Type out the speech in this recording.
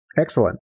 Excellent